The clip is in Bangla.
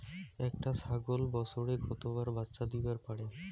একটা ছাগল বছরে কতবার বাচ্চা দিবার পারে?